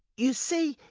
you see,